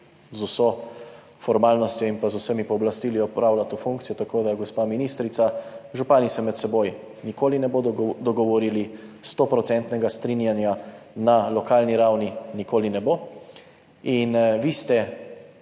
z vso formalnostjo in z vsemi pooblastili opravlja to funkcijo. Tako da, gospa ministrica, župani se med seboj nikoli ne bodo dogovorili, stoprocentnega strinjanja na lokalni ravni nikoli ne bo. Vi ste